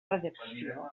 redacció